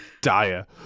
dire